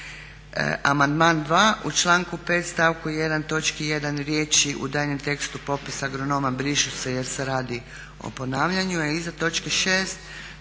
Amandman 2 u članku 5. stavku 1. točki 1. riječi u daljnjem tekstu popis agronoma brišu se jer se radi o ponavljanju, a iza točke 6.